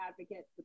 advocate